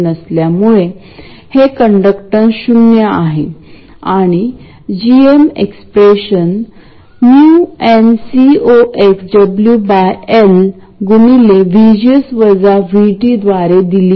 आणि नक्कीच transistor saturation मध्येच राहील परंतु याची पूर्तता या बायसिंग अरेंजमेंट द्वारे केली जाते